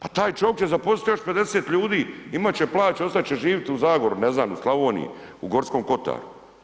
Pa taj će opće zaposliti još 50 ljudi imat će plaće, ostat će živjeti u Zagori, ne znam u Slavoniji u Gorskom kotaru.